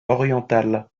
orientale